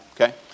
okay